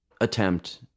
attempt